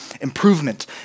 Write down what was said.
improvement